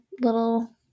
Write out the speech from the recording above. little